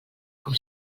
com